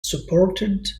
supported